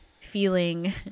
feeling